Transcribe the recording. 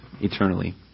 eternally